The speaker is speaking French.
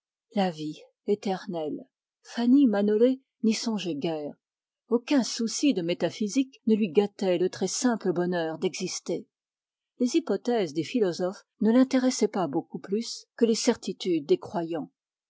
la vie éternelle fanny manolé n'y songeait guère aucun souci de métaphysique ne lui gâtait le très simple bonheur d'exister les hypothèses des philosophes ne l'intéressaient pas beaucoup plus que les certitudes des croyants